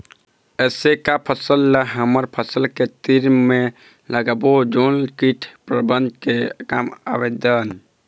ऐसे का फसल ला हमर फसल के तीर मे लगाबो जोन कीट प्रबंधन के काम आवेदन?